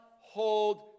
hold